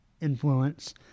influence